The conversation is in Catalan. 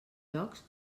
jocs